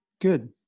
good